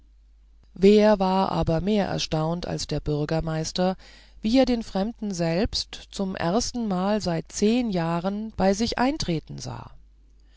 wer war aber mehr erstaunt als der bürgermeister wie er den fremden selbst zum erstenmal seit zehn jahren bei sich eintreten sah